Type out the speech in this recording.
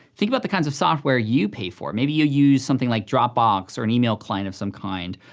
think about the kinds of software you pay for, maybe you use something like dropbox, or an email client of some kind.